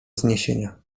zniesienia